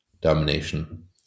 domination